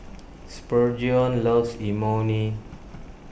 Spurgeon loves Imoni